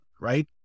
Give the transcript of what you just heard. right